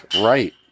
Right